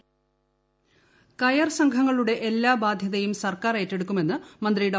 Thomas Isaac കയർ സംഘങ്ങളുടെ എല്ലാ ബാധ്യതയും സർക്കാർ ഏറ്റെടുക്കുമെന്ന് മന്ത്രി ഡോ